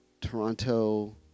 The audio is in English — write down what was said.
Toronto